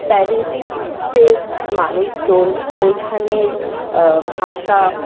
প্যারিসের মানুষজন ওইখানের ভাষা